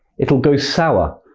it'll go sour,